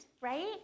right